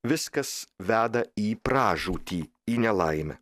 viskas veda į pražūtį į nelaimę